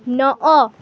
ନଅ